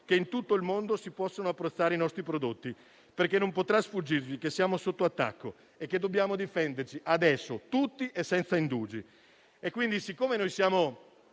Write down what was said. che in tutto il mondo si possano apprezzare i nostri prodotti, perché non potrà sfuggirvi che siamo sotto attacco e che dobbiamo difenderci adesso tutti e senza indugi.